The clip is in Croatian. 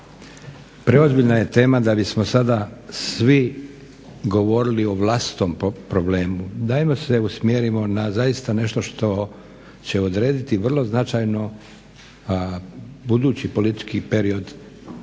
Preozbiljna je tema da bismo sada svi govorili o vlastitom problemu. Dajmo se usmjerimo na zaista nešto što će odrediti vrlo značajno budući politički period Hrvatske,